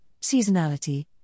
Seasonality